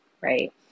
Right